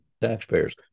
taxpayers